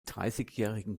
dreißigjährigen